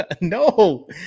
No